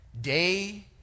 Day